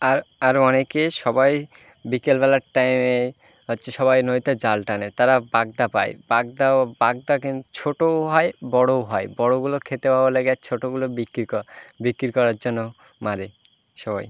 আর আরও অনেকে সবাই বিকেল বেলার টাইমে হচ্ছে সবাই নদীতে জাল টানে তারা বাগদা পায় বাগদাও বাগদা কিন ছোটোও হয় বড়ও হয় বড়গুলো খেতে ভালো লাগে আর ছোটোগুলো বিক্রি ক বিক্রি করার জন্য মারে সবাই